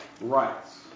rights